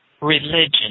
Religion